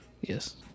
Yes